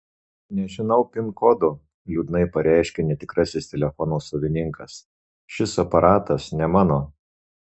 nežinau pin kodo liūdnai pareiškia netikrasis telefono savininkas šis aparatas ne mano